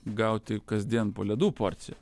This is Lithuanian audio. gauti kasdien po ledų porciją